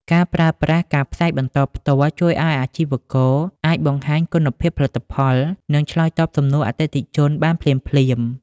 ការប្រើប្រាស់ ការផ្សាយបន្តផ្ទាល់ ជួយឱ្យអាជីវករអាចបង្ហាញគុណភាពផលិតផល និងឆ្លើយតបសំណួរអតិថិជនបានភ្លាមៗ។